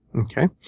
Okay